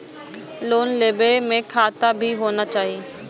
Loan लेबे में खाता भी होना चाहि?